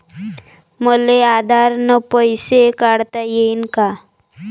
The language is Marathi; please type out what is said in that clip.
मले आधार न पैसे काढता येईन का?